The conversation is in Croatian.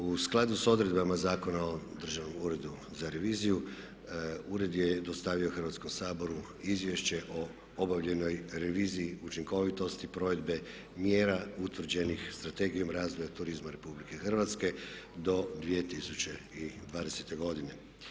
U skladu s odredbama Zakona o Državnom uredu za reviziju ured je dostavio Hrvatskom saboru Izvješće o obavljenoj reviziji učinkovitosti provedbe mjera utvrđenih Strategijom razvoja turizma Republike Hrvatske do 2020. godine.